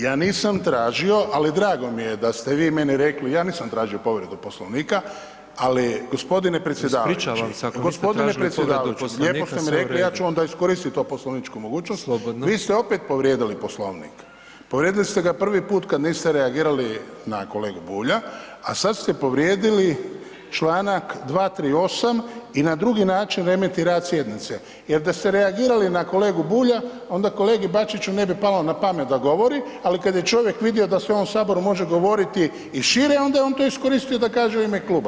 Ja nisam tražio ali drago mi je da ste i vi meni rekli, ja nisam tražio povredu Poslovnika ali g. predsjedavajući [[Upadica Petrov: Ispričavam se ako niste tražili povredu Poslovnika, sve u redu.]] G. Predsjedavajući, lijepo ste mi rekli, ja ću onda iskoristit tu poslovničku mogućnost [[Upadica Petrov: Slobodno.]] Vi ste opet povrijedili Poslovnik. povrijedili ste ga prvi put kad niste reagirali na kolegu Bulja a sad ste povrijedili članak 238. i na drugi način remeti rad sjednice jer da ste reagirali na kolegu Bulja, onda kolegi Bačiću ne bi palo na pamet da govori ali kad je čovjek vidio da se u ovom Saboru može govoriti i šire, onda je on to iskoristio da kaže u ime kluba.